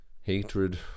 hatred